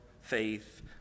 faith